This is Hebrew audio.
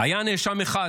היה נאשם 1,